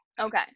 Okay